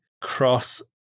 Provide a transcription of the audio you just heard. cross